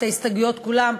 שמעתי את ההסתייגויות כולן,